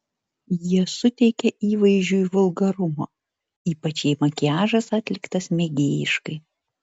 jie suteikia įvaizdžiui vulgarumo ypač jei makiažas atliktas mėgėjiškai